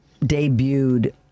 debuted